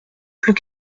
plus